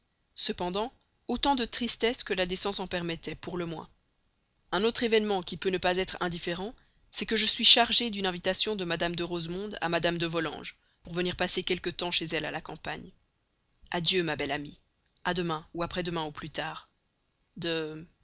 cependant autant de tristesse que la décence en permettait pour le moins un autre événement qui peut ne pas être indifférent c'est que je suis chargé d'une invitation de mme de rosemonde à mme de volanges pour venir passer quelque temps chez elle à la campagne adieu ma belle amie a demain ou après demain au plus tard de